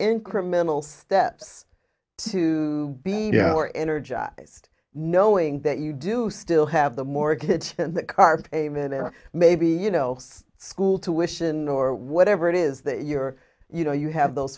incremental steps to be more energized knowing that you do still have the mortgage spend that car payment or maybe you know school tuition or whatever it is that you are you know you have those